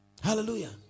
Hallelujah